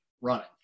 running